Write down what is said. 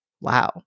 Wow